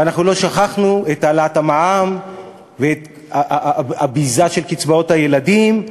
ואנחנו לא שכחנו את העלאת המע"מ ואת הביזה של קצבאות הילדים,